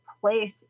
place